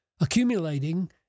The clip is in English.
accumulating